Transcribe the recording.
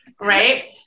Right